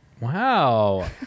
Wow